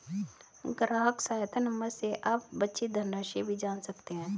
ग्राहक सहायता नंबर से आप बची धनराशि भी जान सकते हैं